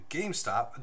GameStop